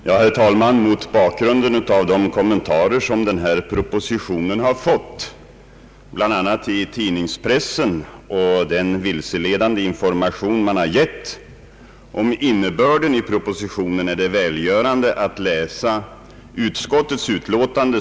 Herr talman! Mot bakgrund av de kommentarer denna proposition har fått bl.a. i tidningspressen och den vilseledande information man har givit om innebörden i propositionen är det välgörande att läsa utskottets utlåtande.